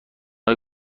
های